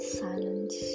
silence